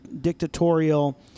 dictatorial